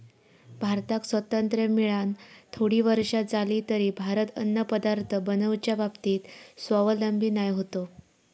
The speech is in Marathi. भारताक स्वातंत्र्य मेळान थोडी वर्षा जाली तरी भारत अन्नपदार्थ बनवच्या बाबतीत स्वावलंबी नाय होतो